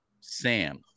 Sam